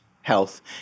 health